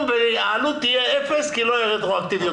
והעלות תהיה אפס כי לא תהיה רטרואקטיביות.